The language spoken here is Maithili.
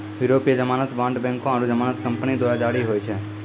यूरोपीय जमानत बांड बैंको आरु जमानत कंपनी द्वारा जारी होय छै